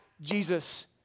Jesus